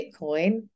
Bitcoin